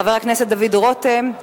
חבר הכנסת דוד רותם,